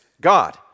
God